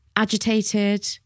agitated